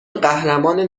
قهرمان